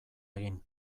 egin